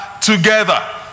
together